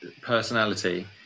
personality